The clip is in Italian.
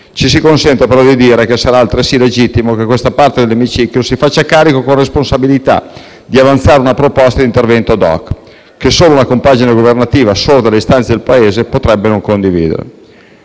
Ci si consenta però di dire che sarà altresì legittimo che questa parte dell'Emiciclo si faccia carico con responsabilità di avanzare una proposta di intervento *ad hoc*, che solo una compagine governativa sorda alle istanze del Paese potrebbe non condividere.